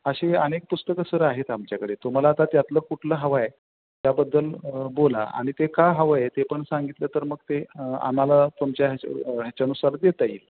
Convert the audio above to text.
असे अनेक पुस्तकं सर आहेत आमच्याकडे तुम्हाला आता त्यातलं कुठलं हवं आहे त्याबद्दल बोला आणि ते का हवं आहे ते पण सांगितलं तर मग ते आम्हाला तुमच्या ह्या ह्याच्यानुसार देता येईल